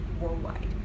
worldwide